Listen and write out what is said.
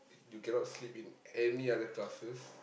you cannot sleep in any other classes